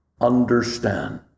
understand